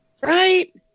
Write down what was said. Right